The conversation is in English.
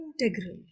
integral